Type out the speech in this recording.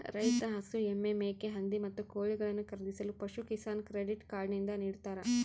ರೈತ ಹಸು, ಎಮ್ಮೆ, ಮೇಕೆ, ಹಂದಿ, ಮತ್ತು ಕೋಳಿಗಳನ್ನು ಖರೀದಿಸಲು ಪಶುಕಿಸಾನ್ ಕ್ರೆಡಿಟ್ ಕಾರ್ಡ್ ನಿಂದ ನಿಡ್ತಾರ